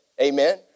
Amen